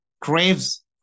craves